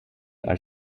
are